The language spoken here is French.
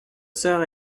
sœurs